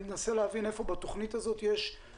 אני מנסה להבין איפה בתוכנית הזו יש למשל חלוקת סמכויות ואחריות.